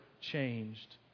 changed